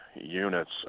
units